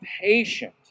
patient